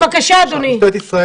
בבקשה, אדוני.